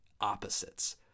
opposites